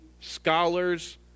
scholars